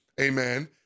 amen